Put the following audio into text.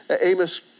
Amos